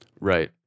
Right